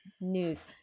news